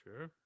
Sure